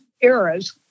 eras